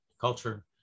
culture